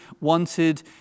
wanted